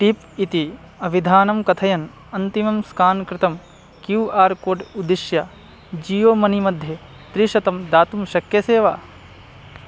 tip इति अविधानं कथयन् अन्तिमं स्कान् कृतं क्यू आर् कोड् उद्दिश्य जियो मनी मध्ये त्रिशतं दातुं शक्यसे वा